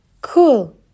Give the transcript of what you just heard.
cool